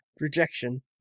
rejection